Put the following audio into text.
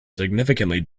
significantly